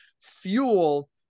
fuel